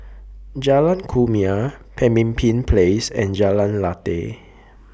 Jalan Kumia Pemimpin Place and Jalan Lateh